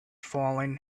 falling